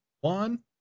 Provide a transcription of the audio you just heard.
one